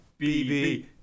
BB